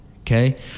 okay